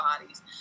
bodies